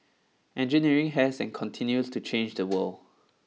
engineering has and continues to change the world